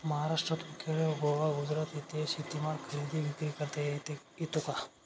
महाराष्ट्रातून केरळ, गोवा, गुजरात येथे शेतीमाल खरेदी विक्री करता येतो का?